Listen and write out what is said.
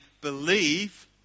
believe